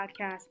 podcast